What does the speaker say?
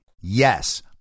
Yes